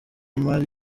mari